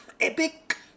Epic